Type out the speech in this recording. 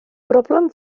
broblem